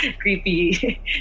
creepy